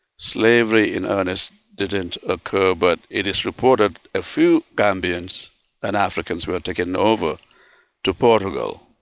slavery in earnest didn't occur, but it is reported a few gambians and africans were taken over to portugal.